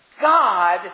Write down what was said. God